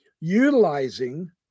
utilizing